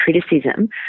criticism